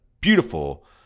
beautiful